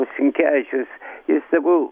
sinkevičius tegul